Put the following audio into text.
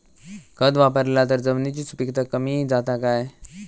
खत वापरला तर जमिनीची सुपीकता कमी जाता काय?